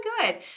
good